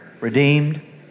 redeemed